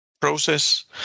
process